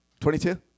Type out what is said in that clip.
22